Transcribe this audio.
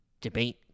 debate